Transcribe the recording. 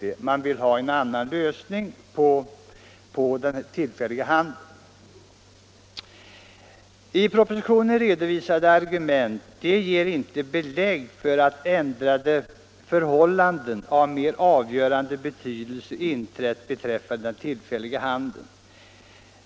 De vill ha en annan lösning på den tillfälliga handeln. De i propositionen redovisade argumenten ger inte belägg för att ändrade förhållanden av mer avgörande betydelse inträtt.